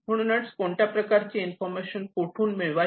म्हणूनच कोणत्या प्रकारची इन्फॉर्मेशन कोठून मिळवायचे